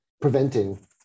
preventing